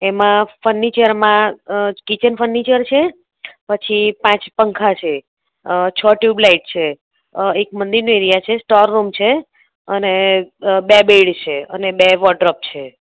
એમાં ફર્નિચરમાં kitchen furniture છે પછી પાંચ પંખા છે છ ટ્યુબલાઈટ છે એક મંદિરનો એરિયા છે સ્ટોર રૂમ છે અને બે બેડ છે અને બે વોર્ડરોબ છે